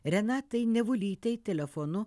renatai nevulytei telefonu